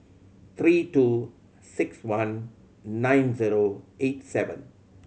three two six one nine zero eight seven